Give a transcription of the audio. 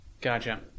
Gotcha